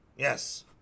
Yes